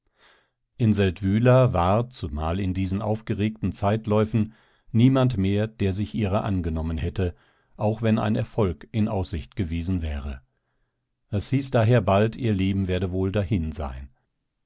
in seldwyla war zumal in diesen aufgeregten zeitläufen niemand mehr der sich ihrer angenommen hätte auch wenn ein erfolg in aussicht gewesen wäre es hieß daher bald ihr leben werde wohl dahin sein